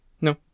No